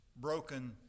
broken